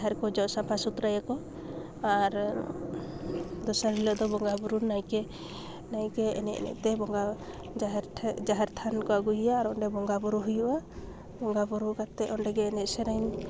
ᱡᱟᱦᱮᱨ ᱠᱚ ᱡᱚᱜ ᱥᱟᱯᱟ ᱥᱩᱛᱨᱟᱹ ᱟᱠᱚ ᱟᱨ ᱫᱚᱥᱟᱨ ᱦᱤᱞᱚᱜ ᱫᱚ ᱵᱚᱸᱜᱟ ᱵᱳᱨᱳ ᱱᱟᱭᱠᱮ ᱱᱟᱭᱠᱮ ᱮᱱᱮᱡ ᱮᱱᱮᱡᱛᱮ ᱵᱚᱸᱜᱟ ᱡᱟᱦᱮᱨᱴᱷᱮᱡ ᱡᱟᱦᱮᱨ ᱛᱷᱟᱱᱠᱚ ᱟᱹᱜᱩᱭᱮᱭᱟ ᱟᱨ ᱚᱸᱰᱮ ᱵᱚᱸᱜᱟ ᱵᱳᱨᱳ ᱦᱩᱭᱩᱜᱼᱟ ᱵᱚᱸᱜᱟ ᱵᱳᱨᱳ ᱠᱟᱛᱮᱡ ᱚᱸᱰᱮᱜᱮ ᱮᱱᱮᱡ ᱥᱮᱨᱮᱧ